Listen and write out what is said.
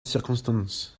circumstance